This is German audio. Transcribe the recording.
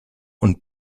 und